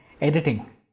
editing